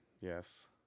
Yes